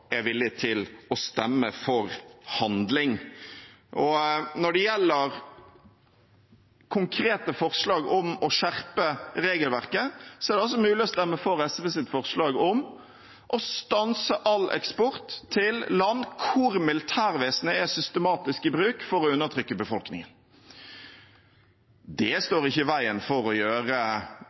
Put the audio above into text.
er villig til å stemme for handling. Når det gjelder konkrete forslag om å skjerpe regelverket, er det altså mulig å stemme for SVs forslag om å stanse all eksport til land hvor militærvesenet er systematisk i bruk for å undertrykke befolkningen. Det står ikke i veien for å gjøre